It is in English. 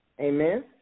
Amen